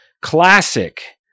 classic